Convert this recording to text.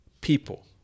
people